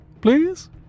Please